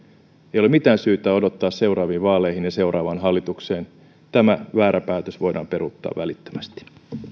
ei ole mitään syytä odottaa seuraaviin vaaleihin ja seuraavaan hallitukseen tämä väärä päätös voidaan peruuttaa välittömästi